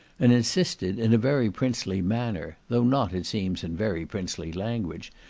and insisted in a very princely manner, though not, it seems in very princely language,